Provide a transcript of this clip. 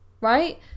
right